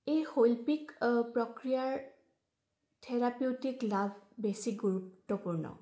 এই শৈল্পিক প্ৰক্ৰিয়াৰ থেৰাপিউটিক লাভ বেছি গুৰুত্বপূৰ্ণ